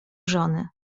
żony